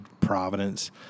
Providence